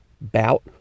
bout